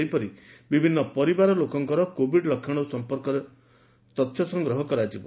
ସେହିପରି ବିଭିନ୍ନ ପରିବାରର ଲୋକଙ୍ଙ କୋଭିଡ ଲକ୍ଷଣ ସଂପର୍କରେ ତଥ୍ୟ ସଂଗ୍ରହ କରାଯିବ